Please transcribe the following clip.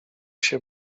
się